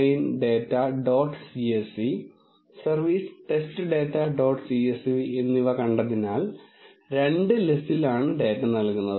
csv service test data dot csv എന്നിവ കണ്ടതിനാൽ രണ്ട് les ലാണ് ഡാറ്റ നൽകുന്നത്